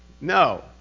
No